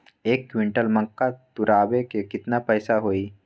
एक क्विंटल मक्का तुरावे के केतना पैसा होई?